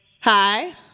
Hi